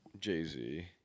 Jay-Z